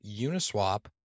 Uniswap